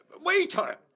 Waiter